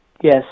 Yes